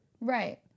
Right